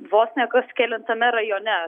vos ne kas kelintame rajone